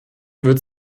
wird